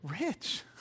Rich